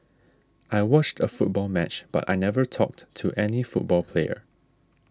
I watched a football match but I never talked to any football player